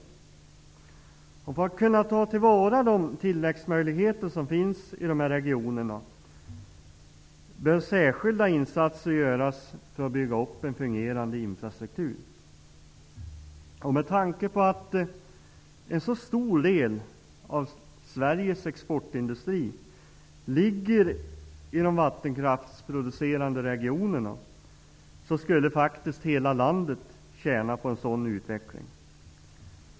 För att man skall kunna ta till vara de tillväxtmöjligheter som finns i dessa regioner behöver särskilda insatser göras för att bygga upp en fungerande infrastruktur. Med tanke på att en så stor del av Sveriges exportindustri ligger i de vattenkraftsproducerande regionerna skulle faktiskt hela landet tjäna på en sådan utveckling.